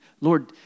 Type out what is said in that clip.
Lord